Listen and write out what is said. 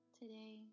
today